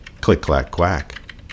Click-clack-quack